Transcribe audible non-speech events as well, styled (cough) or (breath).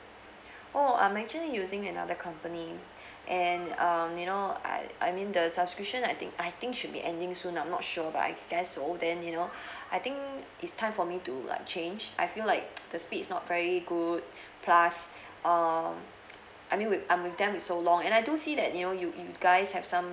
oh I'm actually using another company and um you know I I mean the subscription I think I think should be ending soon I'm not sure but I can guess so then you know (breath) I think it's time for me to like change I feel like (noise) the speed is not very good plus err I mean with I'm with them for so long and I do see that you know you you guys have some